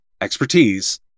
expertise